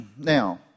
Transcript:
Now